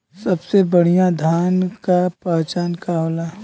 सबसे बढ़ियां धान का पहचान का होला?